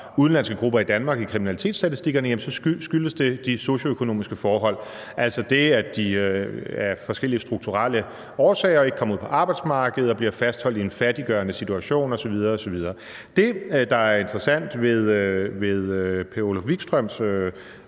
udenlandske grupper i Danmark i kriminalitetsstatistikkerne, så skyldtes det de socioøkonomiske forhold; altså det, at de af forskellige strukturelle årsager ikke kommer ud på arbejdsmarkedet og bliver fastholdt i en fattiggørende situation osv. osv. Det, der er interessant ved Per-Olof Wikströms